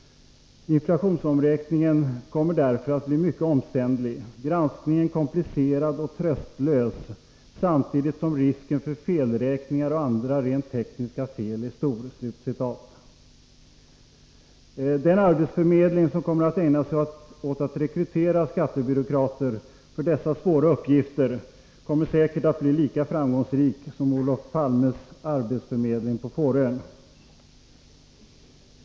Inflationsomräkningen kommer därför att bli mycket omständlig, granskningen komplicerad och tröstlös samtidigt som risken för felräkningar eller andra rent tekniska fel är stor.” Den arbetsförmedling som kommer att ägna sig åt att rekrytera skattebyråkrater för dessa svåra uppgifter kommer säkert att bli lika framgångsrik som Olof Palmes arbetsförmedling på Fårö.